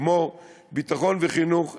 כמו ביטחון וחינוך,